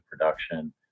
production